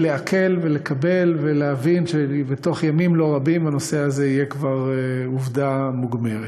לעכל ולקבל ולהבין שבתוך ימים לא-רבים הנושא הזה יהיה כבר עובדה מוגמרת.